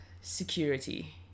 security